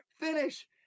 finish